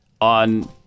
on